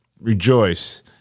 Rejoice